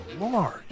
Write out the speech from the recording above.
large